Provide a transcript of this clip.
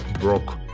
broke